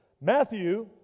Matthew